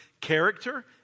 character